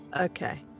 Okay